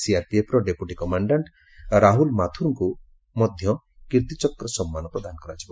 ସିଆର୍ପିଏଫ୍ର deputy commandant Rahul ମାଥୁର୍କୁ ମଦ୍ୟ କୀର୍ତ୍ତିଚକ୍ର ସମ୍ମାନ ପ୍ରଦାନ କରାଯିବ